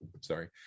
Sorry